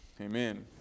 amen